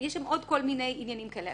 יש שם עוד כל מיני עניינים כאלה.